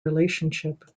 relationship